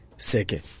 second